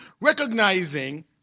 recognizing